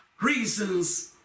reasons